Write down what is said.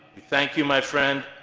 thank you my friend.